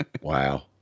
Wow